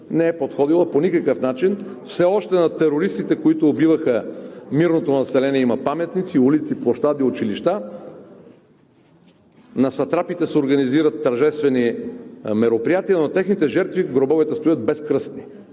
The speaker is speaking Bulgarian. не е подходила по никакъв начин – все още на терористите, които убиваха мирното население, има паметници, улици, площади, училища, на сатрапите се организират тържествени мероприятия, но на техните жертви гробовете стоят безкръстни.